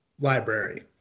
library